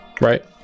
right